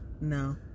No